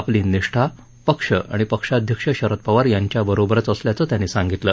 आपली निष्ठा पक्ष आणि पक्षाध्यक्ष शरद पवार यांच्याबरोबरच असल्याचं त्यांनी सांगितलं